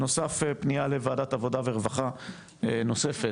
אנחנו נוציא מכתב ואחנו נדרוש גם ממכם,